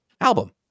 album